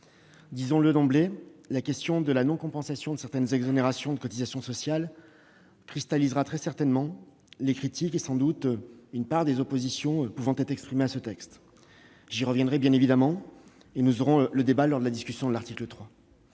Disons-le d'emblée, la question de la non-compensation de certaines exonérations de cotisations sociales cristallisera certainement les critiques et, sans doute, une part des oppositions qui pourront s'exprimer sur ce texte. J'y reviendrai bien évidemment ; nous aurons ce débat lors de la discussion de l'article 3.